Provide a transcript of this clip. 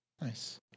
Nice